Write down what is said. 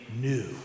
new